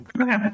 Okay